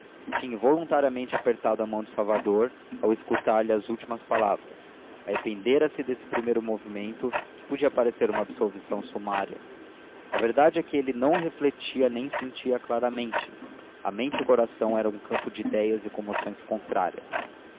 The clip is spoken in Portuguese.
tinha involuntariamente apertado a mão de salvador ao escutar lhe as últimas palavras e arrependera se desse primeiro movimento que podia parecer uma absolvição sumária a verdade é que ele não refletia nem sentia claramente a mente e o coração eram um campo de idéias e comoções contrárias